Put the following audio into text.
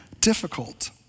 difficult